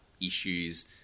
issues